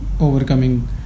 overcoming